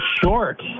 short